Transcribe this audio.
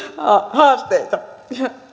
haasteita